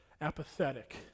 apathetic